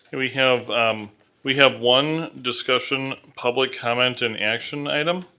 and we have um we have one discussion, public comment and action item.